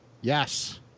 Yes